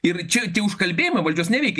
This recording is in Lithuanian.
ir čia tie užkalbėjimai valdžios neveiki